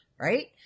right